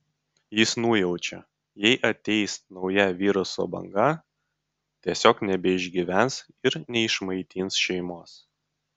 jis nujaučia jei ateis nauja viruso banga tiesiog nebeišgyvens ir neišmaitins šeimos